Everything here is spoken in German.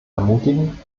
ermutigen